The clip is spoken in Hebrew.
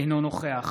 אינו נוכח